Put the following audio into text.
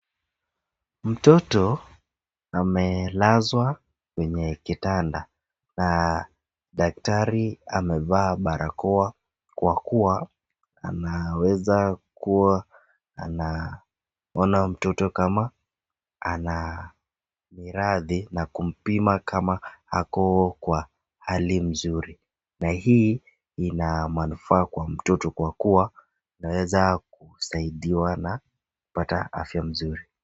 Mtoto amelazwa kwenye kitanda na daktari amevaa barakoa, kwa kuwa anaweza kuwa anaona mtoto kama ana maradhi na kumpima kama ako kwa hali nzuri. Na hii ina manufaa kwa mtoto kwa kua inaweza kusaidiwa na kupata na afya mzuri.